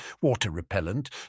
Water-repellent